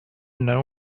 know